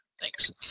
Thanks